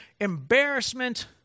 embarrassment